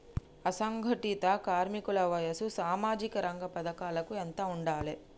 అసంఘటిత కార్మికుల వయసు సామాజిక రంగ పథకాలకు ఎంత ఉండాలే?